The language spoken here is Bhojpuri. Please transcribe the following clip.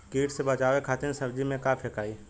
कीट से बचावे खातिन सब्जी में का फेकाई?